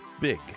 big